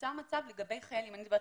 שנוצר מצב שלגבי חיילים אני מדברת